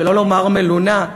שלא לומר מלונה,